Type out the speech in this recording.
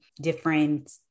different